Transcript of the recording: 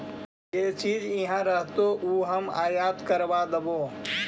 जे चीज इहाँ रहतो ऊ हम आयात करबा देबो